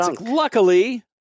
luckily